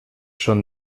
són